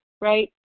right